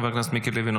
חבר הכנסת מיקי לוי,